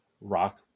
rock